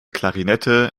klarinette